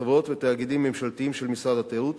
בחברות ותאגידים ממשלתיים של משרד התיירות